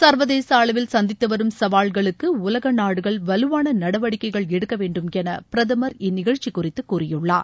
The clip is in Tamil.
சர்வதேச அளவில் சந்தித்துவரும் சவால்களுக்கு உலகநாடுகள் வலுவான நடவடிக்கைகள் எடுக்கவேண்டுமென பிரதமர் இந்நிகழ்ச்சி குறித்து கூறியுள்ளார்